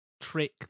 trick